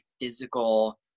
physical